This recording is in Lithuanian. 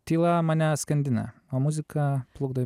tyla mane skandina o muzika plukdo